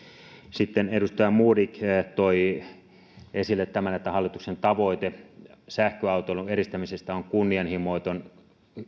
sitten edustaja modig toi esille tämän että hallituksen tavoite sähköautoilun edistämisestä on kunnianhimoton